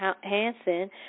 hansen